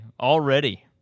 already